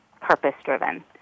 purpose-driven